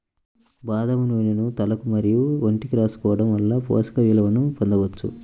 బాదం నూనెను తలకు మరియు ఒంటికి రాసుకోవడం వలన పోషక విలువలను పొందవచ్చు